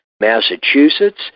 Massachusetts